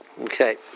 Okay